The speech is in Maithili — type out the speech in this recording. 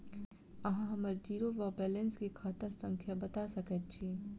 अहाँ हम्मर जीरो वा बैलेंस केँ खाता संख्या बता सकैत छी?